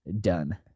done